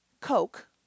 Coke